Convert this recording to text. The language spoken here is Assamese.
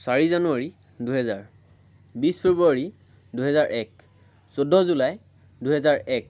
চাৰি জানুৱাৰী দুহেজাৰ বিশ ফেব্ৰুৱাৰী দুহেজাৰ এক চৈধ্য জুলাই দুহেজাৰ এক